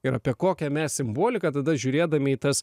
ir apie kokią mes simboliką tada žiūrėdami į tas